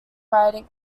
riding